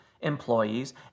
employees